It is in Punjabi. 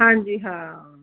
ਹਾਂਜੀ ਹਾਂ